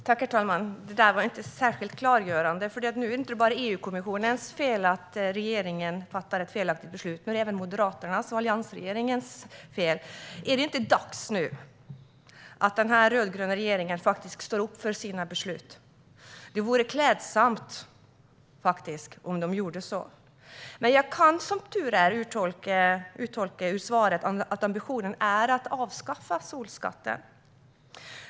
Herr talman! Det där var inte särskilt klargörande. Det är visst inte bara EU-kommissionens fel att regeringen fattar ett felaktigt beslut, utan nu är det även Moderaternas och alliansregeringens. Är det inte dags att den rödgröna regeringen faktiskt står upp för sina beslut? Det vore klädsamt om den gjorde det. Som tur är kan jag ur svaret uttolka att ambitionen är att avskaffa solskatten.